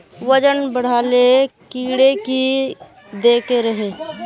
वजन बढे ले कीड़े की देके रहे?